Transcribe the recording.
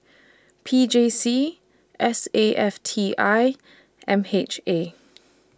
P J C S A F T I M H A